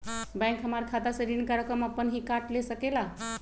Bank हमार खाता से ऋण का रकम अपन हीं काट ले सकेला?